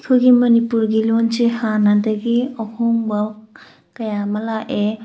ꯑꯩꯈꯣꯏꯒꯤ ꯃꯅꯤꯄꯨꯔꯒꯤ ꯂꯣꯟꯁꯦ ꯍꯥꯟꯅꯗꯒꯤ ꯑꯍꯣꯡꯕ ꯀꯌꯥ ꯑꯃ ꯂꯥꯛꯑꯦ